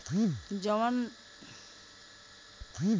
हम जवन लोन लेले बानी ओकरा के चुकावे अंतिम तारीख कितना हैं?